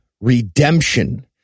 Redemption